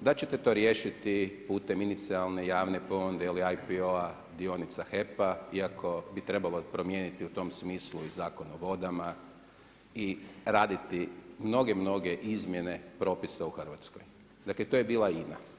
da ćete to riješiti putem inicijalne javne ponude ili IPO-a dionica HEP-a iako bi trebalo promijeniti u tom smislu i Zakon o vodama i raditi mnoge, mnoge izmjene propisa u Hrvatskoj, dakle to je bila INA.